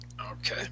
Okay